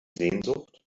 sehnsucht